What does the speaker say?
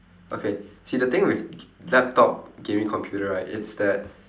okay see the thing with laptop gaming computer right it's that